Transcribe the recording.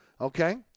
okay